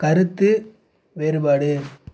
கருத்து வேறுபாடு